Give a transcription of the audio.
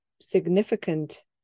significant